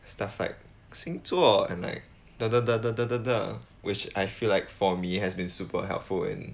stuff like 星座 and like which I feel like for me has been super helpful and